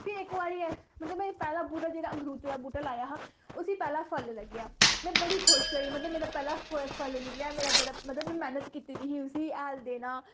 फ्ही इक बारी ऐ मतलब में पैह्ला बूह्टा जेह्ड़ा मरूदे दा बूह्टा लाया हा उसी पैह्ला फल लग्गेआ में बड़ी खुश होई मतलब मेरा पैह्ला फल निकलेआ मतलब में मैह्नत कीती दी ही उसी हैल देना